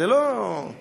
זה לא פשוט.